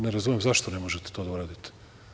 Ne razumem, zašto ne možete to da uradite.